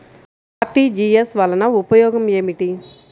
RTGS వలన ఉపయోగం ఏమిటీ?